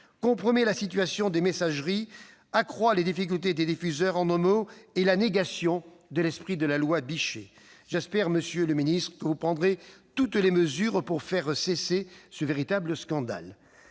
compromet la situation des messageries, accroît les difficultés des diffuseurs. En un mot, c'est la négation de l'esprit de la loi Bichet. J'espère, monsieur le ministre, que vous prendrez toutes les mesures pour faire cesser ce véritable scandale.